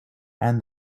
and